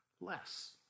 less